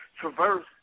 traverse